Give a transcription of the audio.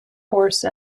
horse